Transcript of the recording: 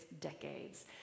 decades